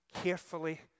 carefully